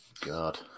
God